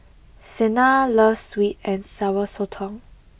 Sena loves sweet and sour Sotong